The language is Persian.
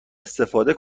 استفاده